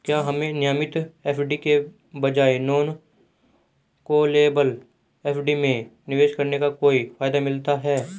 क्या हमें नियमित एफ.डी के बजाय नॉन कॉलेबल एफ.डी में निवेश करने का कोई फायदा मिलता है?